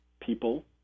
people